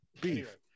beef